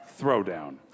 Throwdown